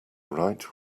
write